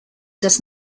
does